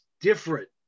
different